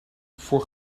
voor